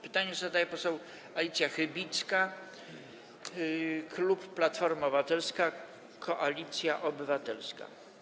Pytanie zadaje poseł Alicja Chybicka, klub Platforma Obywatelska - Koalicja Obywatelska.